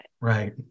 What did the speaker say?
Right